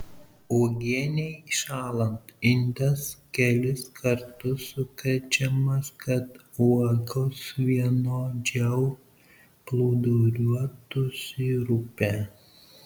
uogienei šąlant indas kelis kartus sukrečiamas kad uogos vienodžiau plūduriuotų sirupe